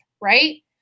right